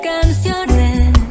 canciones